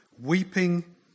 Weeping